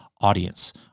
audience